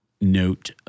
note